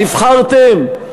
נבחרתם,